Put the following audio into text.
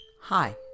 Hi